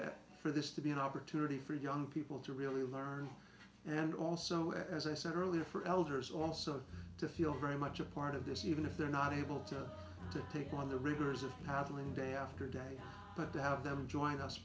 at for this to be an opportunity for young people to really learn and also as i said earlier for elders also to feel very much a part of this even if they're not able to to take on the rigors of paddling day after day but to have them join us